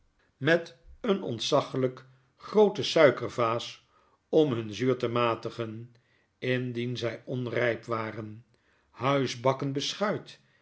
met een ontzagiyk groote suikervaasom hun zuur te matigen indien zy onrijp waren huisbakken